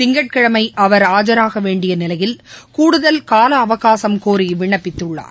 திங்கட்கிழமை அவா் ஆஜராக வேண்டிய நிலையில் கூடுதல் கால அவகாசம் கோரி விண்ணப்பித்துள்ளார்